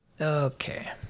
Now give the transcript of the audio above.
okay